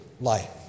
life